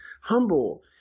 humble